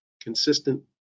consistent